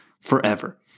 forever